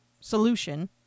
solution